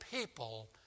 people